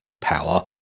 power